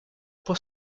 può